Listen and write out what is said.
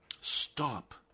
Stop